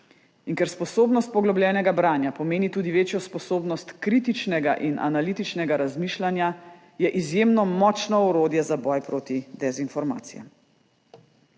In ker sposobnost poglobljenega branja pomeni tudi večjo sposobnost kritičnega in analitičnega razmišljanja, je izjemno močno orodje za boj proti dezinformacijam.